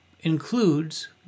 includes